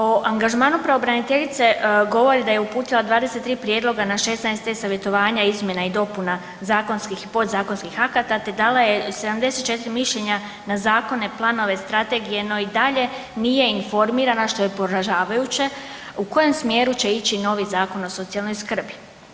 O angažmanu pravobraniteljice govori da je uputila 23 prijedloga na 16 e-Savjetovanja izmjena i dopuna zakonskih, podzakonskih akata te dala je 74 mišljenja na zakone, planove, strategije no i dalje nije informirana, što je poražavajuće, u kojem smjeru će ići novi Zakon o socijalnoj skrbi.